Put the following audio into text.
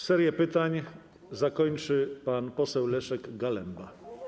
Serię pytań zakończy pan poseł Leszek Galemba.